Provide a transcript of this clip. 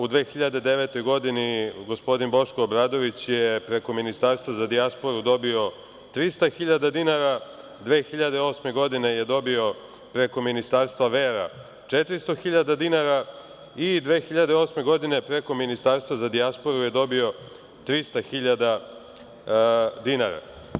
U 2009. godini gospodin Boško Obradović je preko Ministarstva za dijasporu dobio 300 hiljada dinara, 2008. godine je dobio preko Ministarstva vera 400 hiljada dinara i 2008. godine je preko Ministarstva za dijasporu je dobio 300 hiljada dinara.